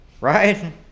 Right